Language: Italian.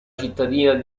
cittadina